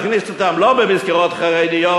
להכניס אותם לא במסגרות חרדיות,